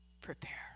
prepare